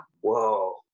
Whoa